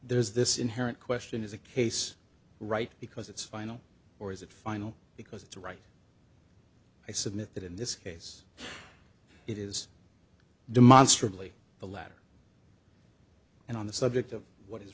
there's this inherent question is a case right because it's final or is it final because it's right i submit that in this case it is demonstrably the latter and on the subject of what is